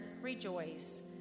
rejoice